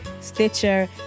Stitcher